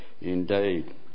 indeed